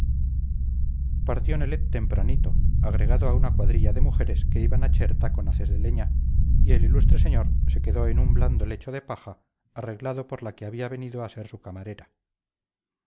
nelet tempranito agregado a una cuadrilla de mujeres que iban a cherta con haces de leña y el ilustre señor se quedó en un blando lecho de paja arreglado por la que había venido a ser su camarera